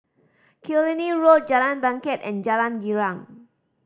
Killiney Road Jalan Bangket and Jalan Girang